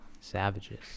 savages